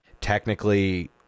technically